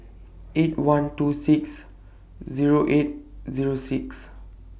eight one two six Zero eight Zero six